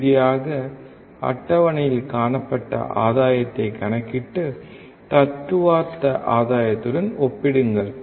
இறுதியாக அட்டவணையில் காணப்பட்ட ஆதாயத்தைக் கணக்கிட்டு தத்துவார்த்த ஆதாயத்துடன் ஒப்பிடுங்கள்